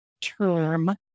term